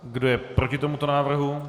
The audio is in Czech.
Kdo je proti tomuto návrhu?